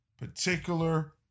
particular